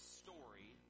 story